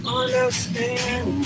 understand